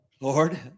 Lord